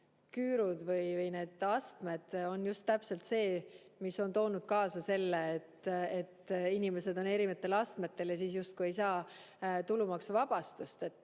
need astmed on just täpselt see, mis on toonud kaasa selle, et inimesed on eri astmetel ja siis justkui ei saa tulumaksuvabastust.